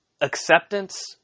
acceptance